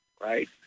right